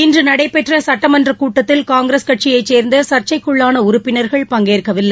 இன்று நடைபெற்ற சுட்டமன்றக் கூட்டத்தில் காங்கிரஸ் கட்சியைச் சேர்ந்த சா்ச்சைக்குள்ளான உறுப்பினா்கள் பங்கேற்கவில்லை